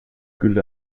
gülle